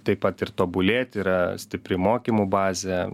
taip pat ir tobulėti yra stipri mokymų bazė